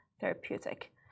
therapeutic